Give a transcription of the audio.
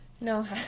No